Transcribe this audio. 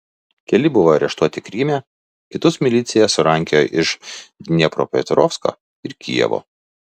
keli buvo areštuoti kryme kitus milicija surankiojo iš dniepropetrovsko ir kijevo